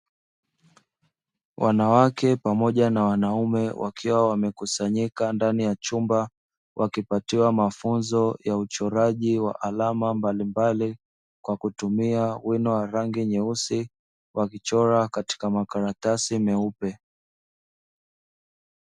Wanawake pamoja na wanaume wakiwa wamekusanyika ndani ya chumba wakipatiwa mafunzo ya uchoraji wa alama mbalimbali kwa kutumia wino wa rangi nyeusi, wakichora katika makaratasi meupe.